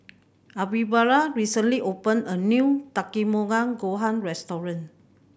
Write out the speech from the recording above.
Alvira recently opened a new Takikomi Gohan Restaurant